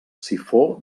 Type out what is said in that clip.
sifó